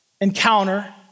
encounter